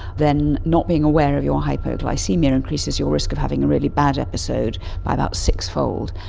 then not being aware of your hypoglycaemia increases your risk of having a really bad episode by about sixfold.